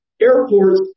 airports